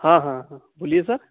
हां हां हां बोलिये सर